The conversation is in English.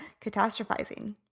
catastrophizing